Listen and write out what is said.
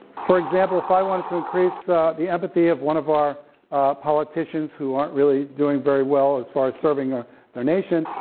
for example, if i wanted to increase the empathy of one of our politicians who aren't really doing very well as far as serving ah our nation,